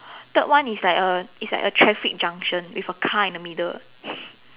third one is like a is like a traffic junction with a car in the middle